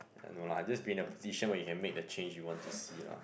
no lah just be in a position where you can make the change you want to see ah